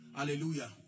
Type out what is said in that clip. Hallelujah